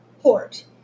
port